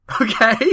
Okay